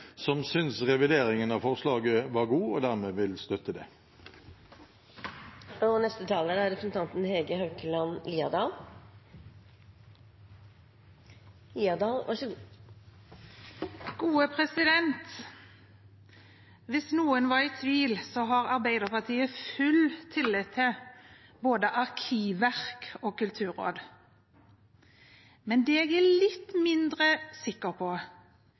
som synes revideringen av forslaget var god og dermed vil støtte det. Hvis noen var i tvil, har Arbeiderpartiet full tillit til både arkivverk og kulturråd. Det jeg er litt mindre sikker på,